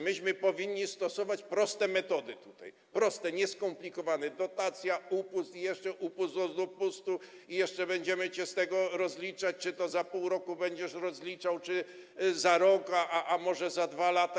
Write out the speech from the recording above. Myśmy powinni stosować proste metody tutaj, proste, a nie skomplikowane: dotacja, upust i jeszcze upust od upustu, i jeszcze będziemy cię z tego rozliczać, czy to za pół roku będziesz się rozliczał, czy za rok, a może za 2 lata.